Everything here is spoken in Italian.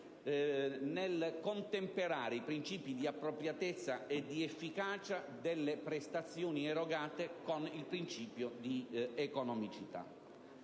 nel contemperare i principi di appropriatezza e di efficacia delle prestazioni erogate con il principio di economicità.